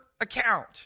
account